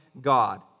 God